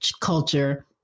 culture